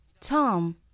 Tom